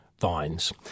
vines